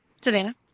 Savannah